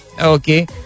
Okay